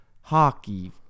hockey